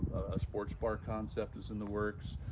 a sports bar concept is in the works.